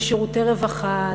לשירותי רווחה,